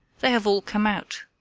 they have all come out.